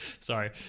sorry